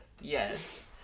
Yes